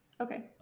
Okay